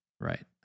Right